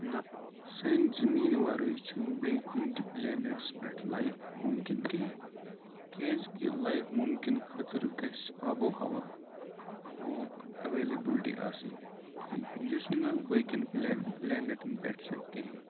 نَہ سانہِ زٔمینہِ وَرٲے چھِنہٕ بیٚیہِ کُنہِ تہِ پٕلِینیٚٹَس پٮ۪ٹھ لایِف مُمکِن کیٚنٛہہ کِیازِکہِ لایف مُمکِن خٲطرٕ گَژھہِ آبو و ہوا ہَوہُک ایٚویلِبٕلٹی آسٕنۍ یُس نہٕ باقٕیَن پٕلیے پٕلِینیٚٹَن پٮ۪ٹھ چھِ کہیٖنۍ